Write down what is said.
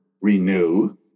Renew